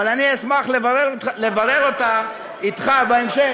אבל אני אשמח לברר אותה אתך בהמשך.